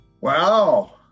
Wow